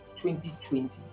2020